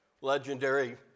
legendary